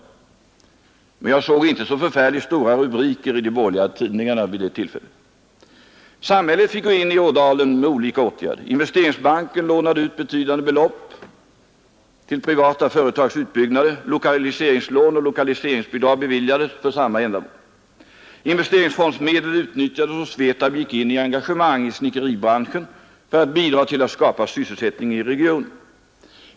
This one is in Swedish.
Men jag såg inte så Onsdagen den förfärligt stora rubriker i de borgerliga tidningarna vid det tillfället. 26 april 1972 Samhället fick gå in med olika åtgärder i Ådalen. Investeringsbanken lånade ut betydande belopp till privata företags utbyggnad. Lokaliseringslån och lokaliseringsbidrag beviljades för samma ändamål. Investeringsfondsmedel utnyttjades, och SVETAB gick in i engagemang i snickeribranschen för att bidra till att skapa sysselsättning i regionen.